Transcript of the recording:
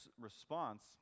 response